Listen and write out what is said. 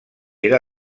era